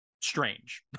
strange